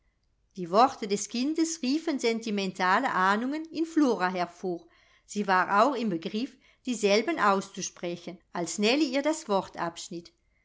die worte des kindes riefen sentimentale ahnungen in flora hervor sie war auch im begriff dieselben auszusprechen als nellie ihr das wort abschnitt